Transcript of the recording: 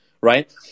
right